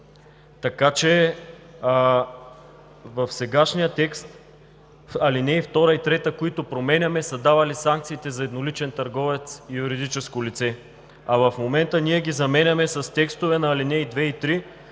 В сегашния текст на ал. 2 и 3, които променяме, са дадени санкциите за едноличен търговец – юридическо лице, а в момента ги заменяме с текстове на ал. 2 и 3,